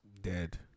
Dead